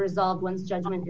resolved one gentleman